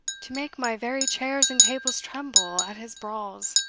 to make my very chairs and tables tremble at his brawls.